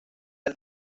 del